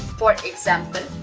for example,